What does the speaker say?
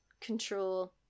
control